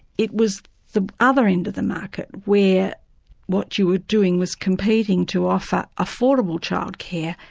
it was the other end of the market, where what you were doing was competing to offer affordable childcare,